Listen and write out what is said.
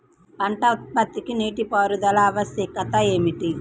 పంట ఉత్పత్తికి నీటిపారుదల ఆవశ్యకత ఏమిటీ?